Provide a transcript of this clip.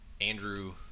Andrew